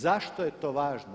Zašto je to važno?